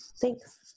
Thanks